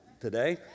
today